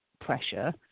pressure